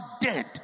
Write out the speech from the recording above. dead